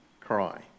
cry